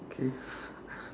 okay